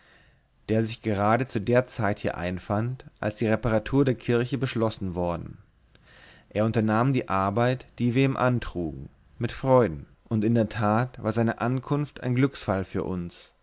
der sich gerade zu der zeit hier einfand als die reparatur der kirche beschlossen worden er unternahm die arbeit die wir ihm antrugen mit freuden und in der tat war seine ankunft ein glücksfall für uns